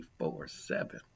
24-7